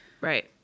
Right